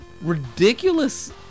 ridiculous